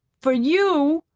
for you?